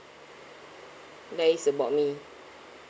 that's it about me